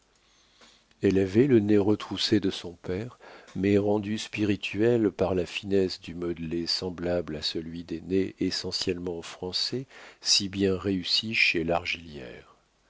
elle avait le nez retroussé de son père mais rendu spirituel par la finesse du modelé semblable à celui des nez essentiellement français si bien réussis chez